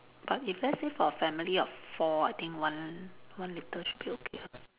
but if let's say for family of four I think one one litre should be okay ah